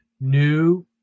new